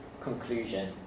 conclusion